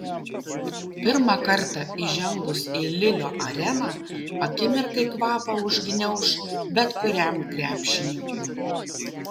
pirmą kartą įžengus į lilio areną akimirkai kvapą užgniauš bet kuriam krepšininkui